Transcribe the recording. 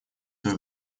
свое